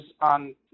on